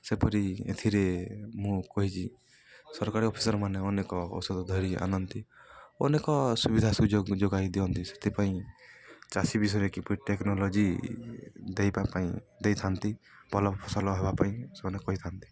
ସେପରି ଏଥିରେ ମୁଁ କହିଛି ସରକାରୀ ଅଫିସର ମାନେ ଅନେକ ଔଷଧ ଧରି ଆଣନ୍ତି ଅନେକ ସୁବିଧା ସୁଯୋଗ ଯୋଗାଇ ଦିଅନ୍ତି ସେଥିପାଇଁ ଚାଷୀ ବିଷୟରେ କିପରି ଟେକ୍ନୋଲୋଜି ଦେବା ପାଇଁ ଦେଇଥାନ୍ତି ଭଲ ଫସଲ ହବା ପାଇଁ ସେମାନେ କହିଥାନ୍ତି